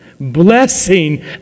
Blessing